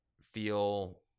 feel